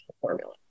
formula